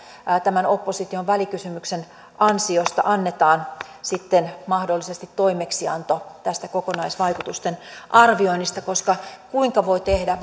tämän opposition välikysymyksen ansiosta annetaan sitten mahdollisesti toimeksianto tästä kokonaisvaikutusten arvioinnista koska kuinka voi tehdä